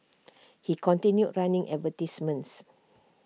he continued running advertisements